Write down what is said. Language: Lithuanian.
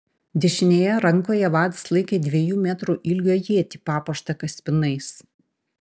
dešinėje rankoje vadas laikė dviejų metrų ilgio ietį papuoštą kaspinais